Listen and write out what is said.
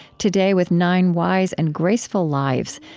today, with nine wise and graceful lives,